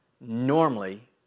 normally